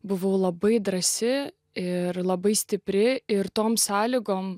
buvau labai drąsi ir labai stipri ir tom sąlygom